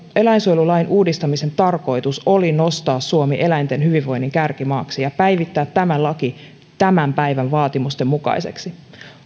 eläinsuojelulain uudistamisen tarkoitus oli nostaa suomi eläinten hyvinvoinnin kärkimaaksi ja päivittää tämä laki tämän päivän vaatimusten mukaiseksi